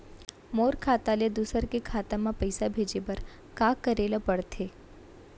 मोर खाता ले दूसर के खाता म पइसा भेजे बर का करेल पढ़थे?